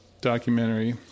documentary